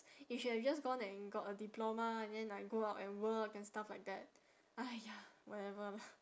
you should have just gone and got a diploma and then like go out and work and stuff like that !aiya! whatever lah